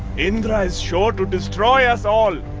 indra is sure to destroy us all!